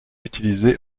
utilisé